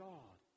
God